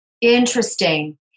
Interesting